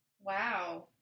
wow